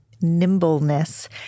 nimbleness